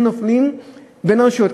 הם נופלים בין הרשויות.